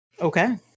okay